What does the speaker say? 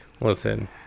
Listen